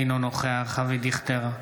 אינו נוכח אבי דיכטר,